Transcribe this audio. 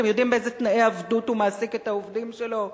אתם יודעים באיזה תנאי עבדות הוא מעסיק את העובדים שלו?